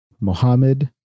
Mohammed